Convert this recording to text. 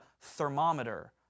thermometer